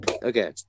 Okay